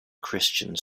christians